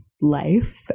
life